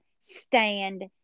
stand